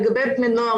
לגבי בני נוער,